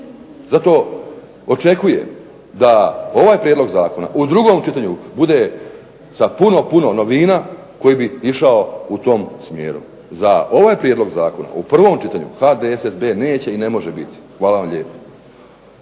Zato očekujem da ovaj prijedlog zakona u drugom čitanju bude sa puno, puno novina koji bi išao u tom smjeru. Za ovaj prijedlog zakona u prvom čitanju HDSSB neće i ne može biti. Hvala vam lijepo.